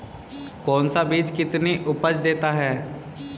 कौन सा बीज कितनी उपज देता है?